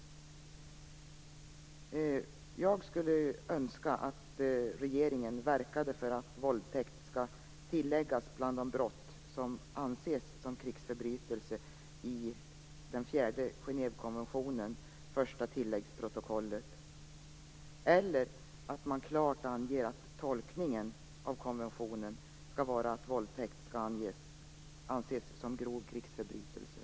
Jag skulle önska att regeringen verkade för att våldtäkt skall tilläggas bland de brott som anses som krigsförbrytelser i den fjärde Genèvekonventionen första tilläggsprotokollet eller för att man klart anger att tolkningen av konventionen skall vara att våldtäkt skall anses som grov krigsförbrytelse.